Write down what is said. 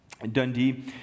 Dundee